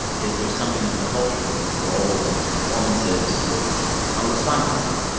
is there something in the culture that these roles and these performances are responding to?